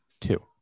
Two